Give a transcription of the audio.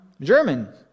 German